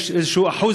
יש איזשהו 1%